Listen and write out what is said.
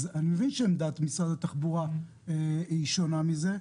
אני מבין שעמדת משרד התחבורה היא שונה מזה,